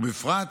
ובפרט